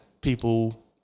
people